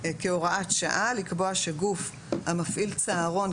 כהוראת שעה לקבוע שגוף המפעיל צהרון,